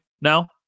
now